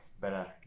better